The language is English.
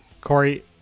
Corey